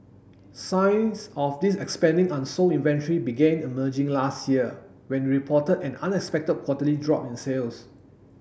signs of its expanding unsold inventory began emerging last year when it reported an unexpected quarterly drop in sales